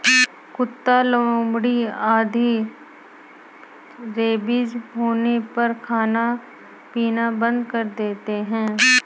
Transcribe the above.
कुत्ता, लोमड़ी आदि रेबीज होने पर खाना पीना बंद कर देते हैं